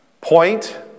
point